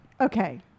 Okay